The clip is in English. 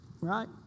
right